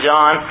John